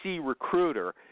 Recruiter